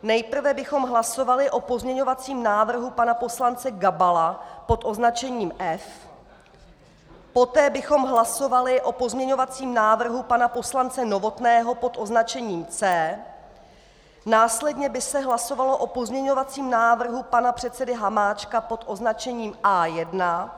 Nejprve bychom hlasovali o pozměňovacím návrhu pana poslance Gabala pod označením F. Poté bychom hlasovali o pozměňovacím návrhu pana poslance Novotného pod označením C. Následně by se hlasovalo o pozměňovacím návrhu pana předsedy Hamáčka pod označením A1.